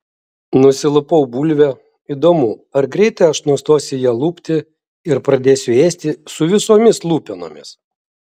nusilupau bulvę įdomu ar greitai aš nustosiu ją lupti ir pradėsiu ėsti su visomis lupenomis